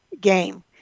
game